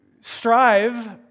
strive